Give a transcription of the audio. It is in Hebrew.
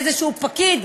איזה פקיד,